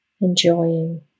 enjoying